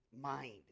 mind